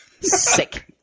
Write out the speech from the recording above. Sick